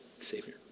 Savior